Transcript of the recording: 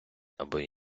або